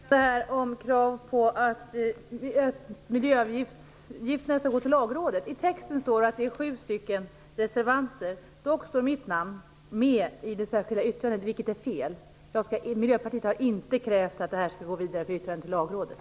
Fru talman! Det skall bli mycket kort. Det finns ett särskilt yttrande om krav på att förslaget om miljöavgifter skall gå till Lagrådet. I texten står det att det är sju ledamöter som biträder förslaget. Mitt namn står med bland undertecknarna av det särskilda yttrandet. Det är fel. Miljöpartiet har inte krävt att det här skall gå vidare för yttrande till Lagrådet.